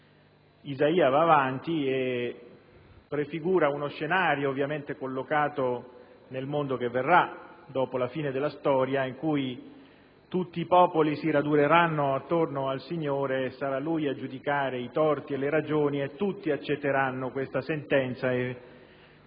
Isaia continua e prefigura uno scenario, ovviamente collocato nel mondo che verrà, dopo la fine della storia, in cui tutti i popoli si raduneranno attorno al Signore e sarà lui a giudicare i torti e le ragioni e tutti accetteranno questa sentenza e